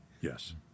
Yes